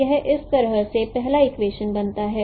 तो इस तरह से पहला इक्वेशन बनता है